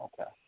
Okay